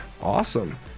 Awesome